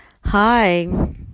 Hi